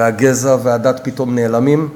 הגזע והדת פתאום נעלמים.